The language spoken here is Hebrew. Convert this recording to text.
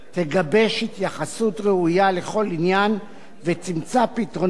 תגבש התייחסות ראויה לכל עניין ותמצא פתרונות